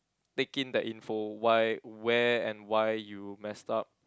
take in that info why where and why you messed up